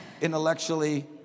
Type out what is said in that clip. intellectually